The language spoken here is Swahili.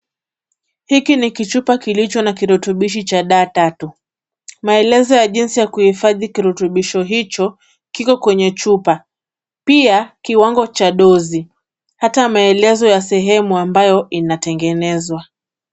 Hiki ni kichupa kilicho na kirutubishi cha dawa tatu. Maelezo ya jinsi ya kuhifadhi kirutubisho hicho kiko kwenye chupa, pia kiwango cha dozi, hata maelezo ya sehemu ambayo inatengenezwa.